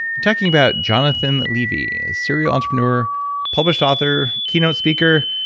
i'm talking about jonathan levi, a serial entrepreneur published author, keynote speaker,